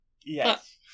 Yes